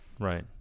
Right